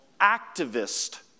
activist